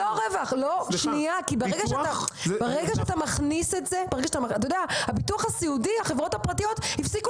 ביטוח זה לא --- אתה יודע שהחברות הפרטיות הפסיקו